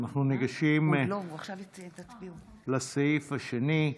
אנחנו ניגשים לסעיף השני,